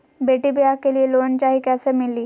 बेटी ब्याह के लिए लोन चाही, कैसे मिली?